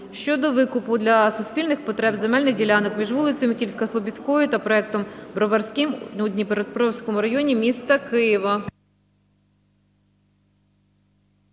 щодо викупу для суспільних потреб земельних ділянок між вулицею Микільсько-Слобідською та проспектом Броварським у Дніпровському районі міста Києва.